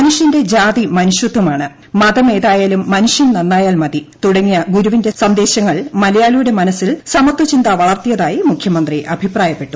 മനുഷ്യൻറെ ജാതി മനുഷൃത്ഥമാണ് മതമേതായാലും മനുഷ്യൻ നന്നായാൽ മതി തുടങ്ങിയ ഗുരുവിൻറെ സ്ട്രോട്ട് മലയാളിയുടെ മനസിൽ സമത്വചിന്ത വളർത്തിയതായി മുഖ്യമന്ത്രി അഭിപ്രായപ്പെട്ടു